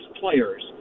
players